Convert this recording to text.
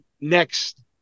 next